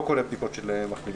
לא כולל בדיקות של מחלימים.